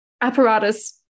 apparatus